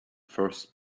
first